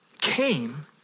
came